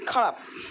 খারাপ